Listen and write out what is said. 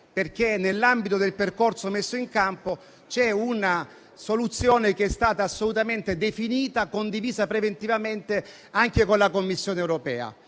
nell'ambito del percorso messo in campo, c'è una soluzione che è stata assolutamente definita e condivisa preventivamente anche con la Commissione europea.